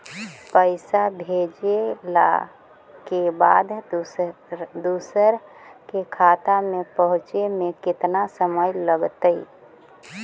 पैसा भेजला के बाद दुसर के खाता में पहुँचे में केतना समय लगतइ?